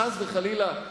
חס וחלילה,